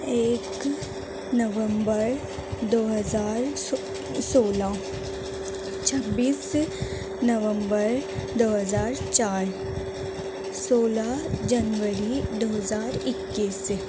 ایک نومبر دو ہزار سو سولہ چھبیس نومبر دو ہزار چار سولہ جنوری دو ہزار اکیس